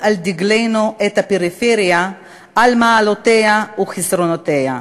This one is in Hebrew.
על דגלנו את הפריפריה על מעלותיה וחסרונותיה,